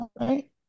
Right